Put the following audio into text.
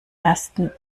ersten